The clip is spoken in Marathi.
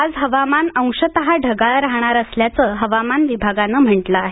आज हवामान अंशतः ढगाळ राहणार असल्याचं हवामान विभागानं म्हटलं आहे